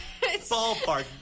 ballpark